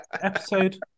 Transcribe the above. Episode